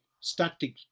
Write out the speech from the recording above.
static